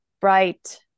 bright